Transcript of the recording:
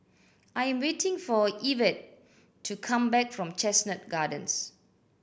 I am waiting for Evette to come back from Chestnut Gardens